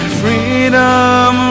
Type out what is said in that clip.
freedom